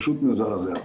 פשוט מזעזע.